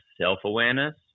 self-awareness